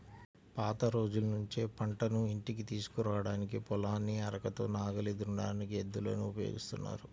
పాత రోజుల్నుంచే పంటను ఇంటికి తీసుకురాడానికి, పొలాన్ని అరకతో నాగలి దున్నడానికి ఎద్దులను ఉపయోగిత్తన్నారు